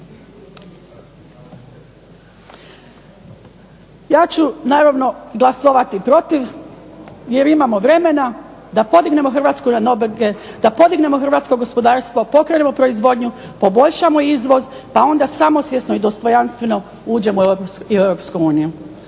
Ja ću naravno glasovati protiv jer imamo vremena da podignemo Hrvatsku na noge, da podignemo hrvatsko gospodarstvo, pokrenemo proizvodnju, poboljšamo izvoz pa onda samosvjesno i dostojanstveno uđemo u Europsku uniju,